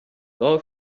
گاو